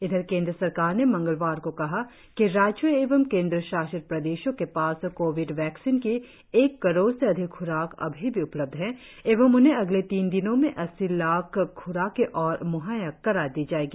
इधर केंद्र सरकार ने मंगलवार को कहा कि राज्यों एवं केंद्र शासित प्रदेशों के पास कोविड वैक्सीन की एक करोड़ से अधिक ख्राक अभी भी उपलब्ध है एवं उन्हें अगले तीन दिनों में अस्सी लाख़ ख्राके और म्हैय्या करा दी जाएगी